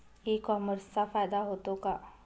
E कॉमर्सचा फायदा होतो का?